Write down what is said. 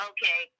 Okay